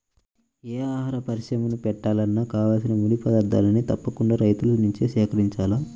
యే ఆహార పరిశ్రమని బెట్టాలన్నా కావాల్సిన ముడి పదార్థాల్ని తప్పకుండా రైతుల నుంచే సేకరించాల